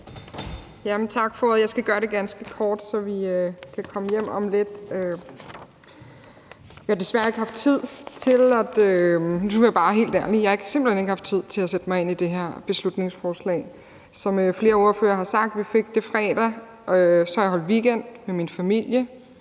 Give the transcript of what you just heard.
for ordet. Jeg skal gøre det ganske kort, så vi kan komme hjem om lidt. Nu er jeg bare helt ærlig. Jeg har simpelt hen ikke haft tid til at sætte mig ind i det her beslutningsforslag. Som flere ordførere har sagt, fik vi det fredag. Jeg har holdt weekend med min familie.